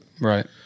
Right